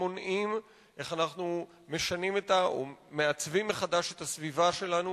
איך אנחנו משנים או מעצבים מחדש את הסביבה שלנו